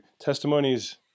Testimonies